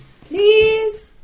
Please